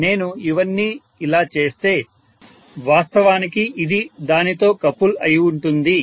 నేను ఇవన్నీ ఇలా చేస్తే వాస్తవానికి ఇది దానితో కపుల్ అయి ఉంటుంది